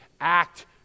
act